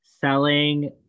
selling